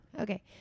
Okay